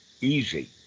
easy